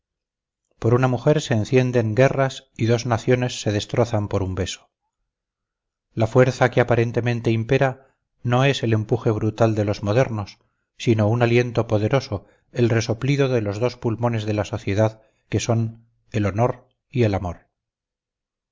por una mujer se encienden guerras y dos naciones se destrozan por un beso la fuerza que aparentemente impera no es el empuje brutal de los modernos sino un aliento poderoso el resoplido de los dos pulmones de la sociedad que son el honor y el amor